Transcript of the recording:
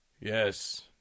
Yes